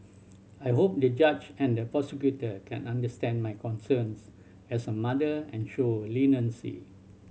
I hope the judge and the prosecutor can understand my concerns as a mother and show leniency